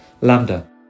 Lambda